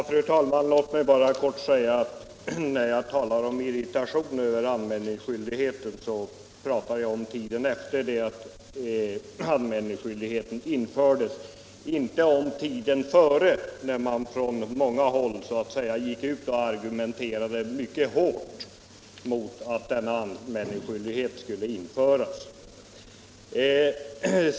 Fru talman! Låt mig bara kort säga att när jag talar om irritation över anmälningsskyldigheten talar jag om tiden efter det att anmälningsskyldigheten infördes och inte om tiden före, när man från många håll gick ut och argumenterade mycket hårt mot att denna anmälningsskyldighet skulle införas.